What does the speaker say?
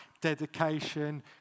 dedication